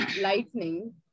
lightning